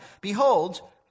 Behold